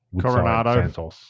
Coronado